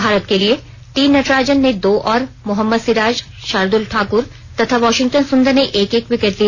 भारत के लिए टी नटराजन ने दो और मोहम्मद सिराज शार्दुल ठाक्र तथा वाशिंगटन सुंदर ने एक एक विकेट लिए